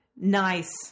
nice